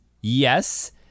yes